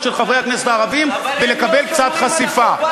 של חברי הכנסת הערבים ולקבל קצת חשיפה,